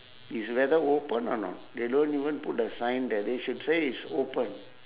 is whether open or not they don't even put the sign there they should say it's open